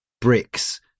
bricks